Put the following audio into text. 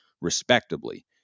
respectably